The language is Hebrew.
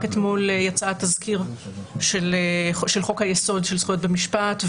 רק אתמול יצא התזכיר של חוק היסוד של זכויות במשפט,